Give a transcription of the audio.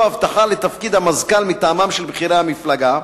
הבטחה לתפקיד המזכ"ל מטעמם של בכירי המפלגה.